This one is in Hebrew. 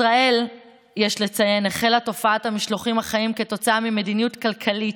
יש לציין שבישראל החלה תופעת המשלוחים החיים כתוצאה ממדיניות כלכלית,